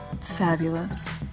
Fabulous